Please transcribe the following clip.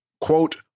quote